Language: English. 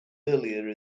earlier